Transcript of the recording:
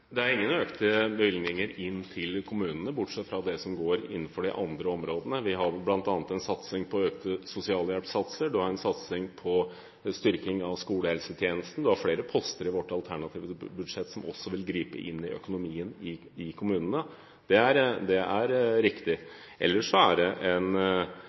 Det er ingen økte bevilgninger til kommunene, bortsett fra det som går innenfor de andre områdene. Vi har bl.a. en satsing på økte sosialhjelpssatser, vi har en satsing på styrking av skolehelsetjenesten. Det er flere poster i vårt alternative budsjett som også vil gripe inn i økonomien i kommunene. Det er riktig. Ellers er det en